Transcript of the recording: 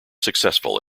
successful